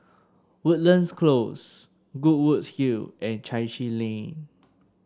Woodlands Close Goodwood Hill and Chai Chee Lane